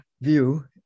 view